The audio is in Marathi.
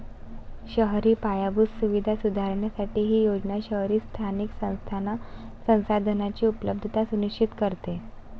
शहरी पायाभूत सुविधा सुधारण्यासाठी ही योजना शहरी स्थानिक संस्थांना संसाधनांची उपलब्धता सुनिश्चित करते